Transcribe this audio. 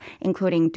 including